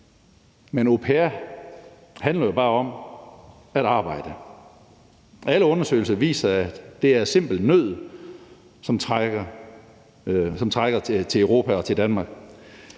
men au pair handler jo bare om at arbejde. Alle undersøgelser viser, at det er simpel nød, som trækker dem til Europa og til Danmark.